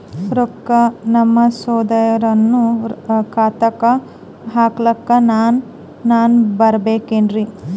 ರೊಕ್ಕ ನಮ್ಮಸಹೋದರನ ಖಾತಾಕ್ಕ ಹಾಕ್ಲಕ ನಾನಾ ಬರಬೇಕೆನ್ರೀ?